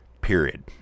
period